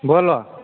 बोलो